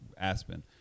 aspen